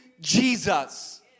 Jesus